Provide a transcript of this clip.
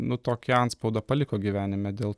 nu tokį antspaudą paliko gyvenime dėl